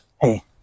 Hey